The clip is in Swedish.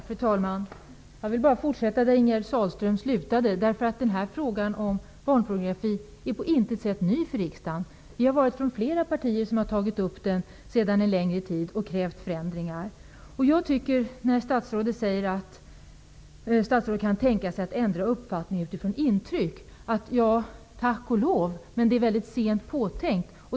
Fru talman! Jag vill bara fortsätta där Ingegerd Sahlström slutade. Frågan om barnpornografi är på intet sätt ny för riksdagen. Vi har från flera partier tagit upp den under en längre tid och krävt förändringar. Statsrådet säger att hon kan tänka sig att ändra uppfattning på grundval av intryck. Ja, tack och lov för det, men det är mycket sent påtänkt.